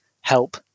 help